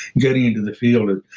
getting into the field.